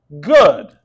good